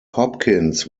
hopkins